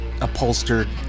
upholstered